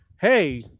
hey